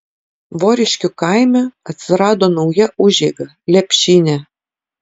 voriškių kaime atsirado nauja užeiga lepšynė